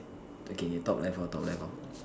okay top left hor top left hor